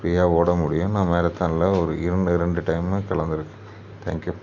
ஃப்ரீயா ஓட முடியும் நான் மாரத்தானில் ஒரு இரண்டு இரண்டு டைமு கலந்துருக்கேன் தேங்க்யூ